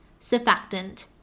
surfactant